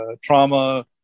trauma